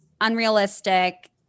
unrealistic